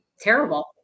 terrible